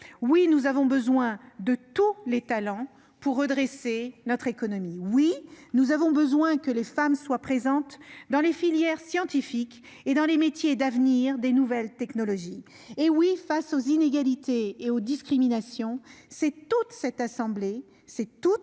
Oui, nous avons besoin de tous les talents pour redresser notre économie. Oui, nous avons besoin que les femmes soient présentes dans les filières scientifiques et dans les métiers d'avenir des nouvelles technologies. Et oui, face aux inégalités et aux discriminations, c'est toute cette assemblée et toute